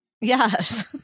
Yes